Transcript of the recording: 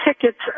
tickets